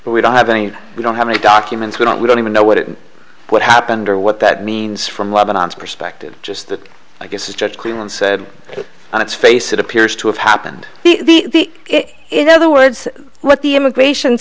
but we don't have any we don't have any documents we don't we don't even know what it what happened or what that means from lebanon's perspective just that i guess is just clear and said on its face it appears to have happened the in other words what the immigration